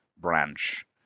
branch